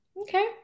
Okay